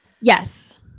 yes